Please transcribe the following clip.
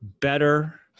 better